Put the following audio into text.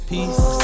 Peace